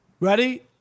Ready